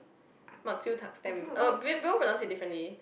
bak chew tak stamp uh people people pronounce it differently